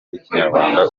ikinyarwanda